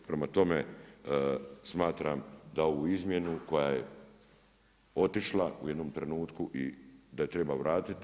Prema tome, smatram da ovu izmjenu koja je otišla u jednom trenutku i da je treba vratiti.